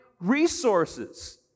resources